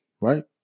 Right